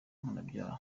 mpanabyaha